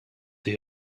what